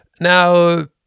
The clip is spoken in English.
now